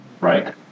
Right